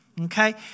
okay